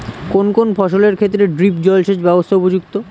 কোন কোন ফসলের ক্ষেত্রে ড্রিপ জলসেচ ব্যবস্থা উপযুক্ত?